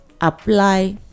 apply